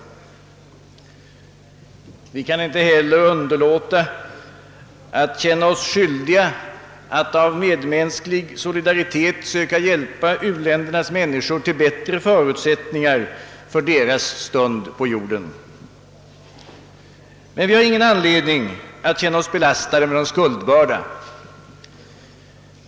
Vi kan inte heller underlåta att känna oss skyldiga att av medmänsklig solidaritet söka hjälpa u-ländernas människor till bättre förutsättningar för deras stund på jorden. Men vi har ingen anledning att känna oss belastade med någon skuldbörda.